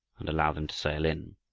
and allow them to sail in.